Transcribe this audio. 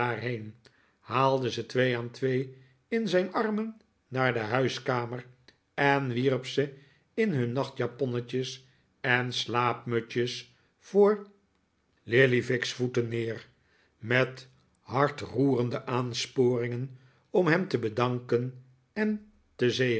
haalde ze twee aan twee in zijn armen naar de huiskamer en wierp ze in hun nachtjaponnetjes en slaapmutsjes voor lillyvick's vdeten neer met hartroerende aansporingen om hem te danken en te